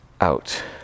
Out